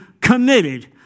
committed